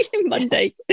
Monday